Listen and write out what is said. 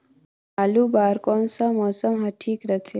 आलू बार कौन सा मौसम ह ठीक रथे?